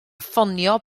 ffonio